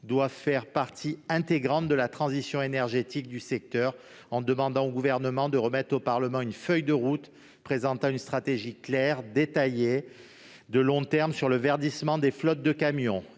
devait faire partie intégrante de la transition énergétique du secteur et demandé au Gouvernement de remettre au Parlement une feuille de route présentant une stratégie claire, détaillée et de long terme sur le verdissement des flottes de camions.